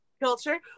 Culture